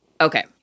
Okay